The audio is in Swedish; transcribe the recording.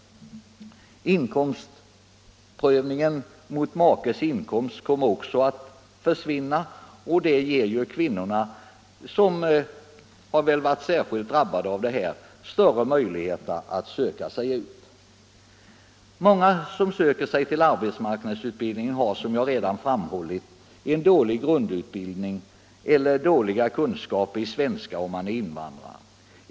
Inkomstprövningen mot makes inkomst kommer också att försvinna, och det ger ju kvinnorna - som väl varit särskilt drabbade — större möjligheter att söka sig ut. Många som söker sig till arbetsmarknadsutbildning har, som jag redan framhållit, dålig grundutbildning eller dåliga kunskaper i svenska, om de är invandrare.